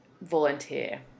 volunteer